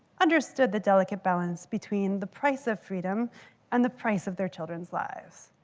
understood the delicate balance between the price of freedom and the price of their children's lives.